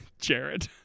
Jared